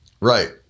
right